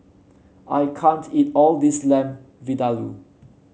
I can't eat all this Lamb Vindaloo